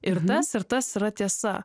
ir tas ir tas yra tiesa